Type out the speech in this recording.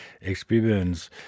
experience